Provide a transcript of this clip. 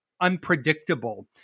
unpredictable